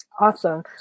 Awesome